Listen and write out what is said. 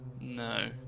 no